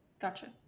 gotcha